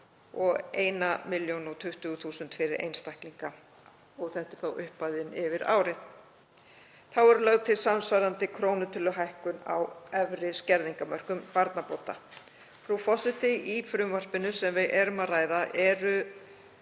og 1.020.000 kr. fyrir einstaklinga og þetta er þá upphæðin yfir árið. Þá er lögð til samsvarandi krónutöluhækkun á efri skerðingarmörkum barnabóta. Frú forseti. Í frumvarpinu sem við erum að ræða er